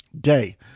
day